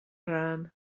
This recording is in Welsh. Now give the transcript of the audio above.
rhan